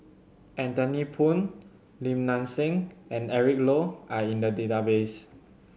Anthony Poon Lim Nang Seng and Eric Low are in the database